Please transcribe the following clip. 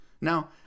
now